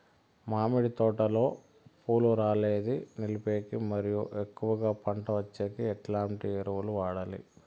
మామిడి తోటలో పూలు రాలేదు నిలిపేకి మరియు ఎక్కువగా పంట వచ్చేకి ఎట్లాంటి ఎరువులు వాడాలి?